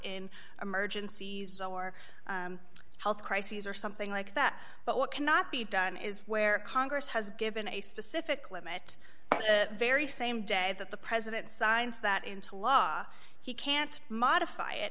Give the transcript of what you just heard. in emergencies or health crises or something like that but what cannot be done is where congress has given a specific limit very same day that the president signs that into law he can't modify it